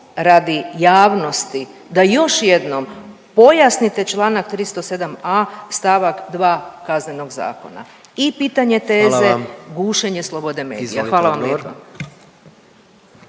radi javnosti da još jednom pojasnite članak 307a. stavak 2. Kaznenog zakona i pitanje teze … …/Upadica predsjednik: Hvala vam./…